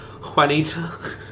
Juanita